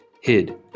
hid